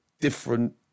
different